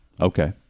Okay